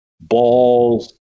balls